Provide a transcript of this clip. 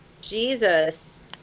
Jesus